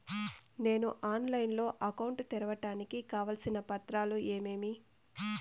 నేను ఆన్లైన్ లో అకౌంట్ తెరవడానికి కావాల్సిన పత్రాలు ఏమేమి?